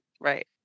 Right